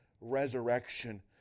resurrection